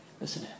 Listen